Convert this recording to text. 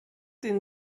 den